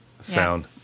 sound